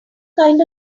kind